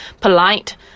polite